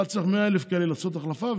אתה צריך ב-100,000 כאלה לעשות החלפה,